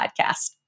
podcast